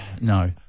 No